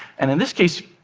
and in this case,